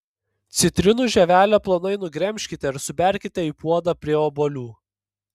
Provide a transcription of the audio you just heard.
citrinų žievelę plonai nugremžkite ir suberkite į puodą prie obuolių